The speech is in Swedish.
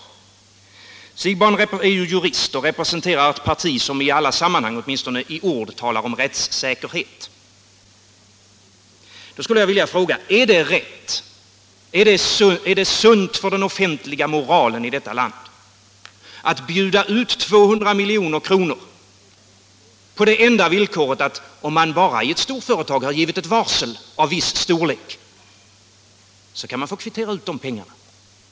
Herr Siegbahn är jurist och representerar ett parti som i alla sammanhang, åtminstone i ord, är för rättssäkerhet. Är det rätt och sunt för den offentliga moralen i detta land att bjuda ut 200 milj.kr. på det enda villkoret, att om man i ett storföretag bara har givit ett varsel av viss storlek, så kan man få kvittera ut de pengarna?